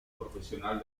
profesional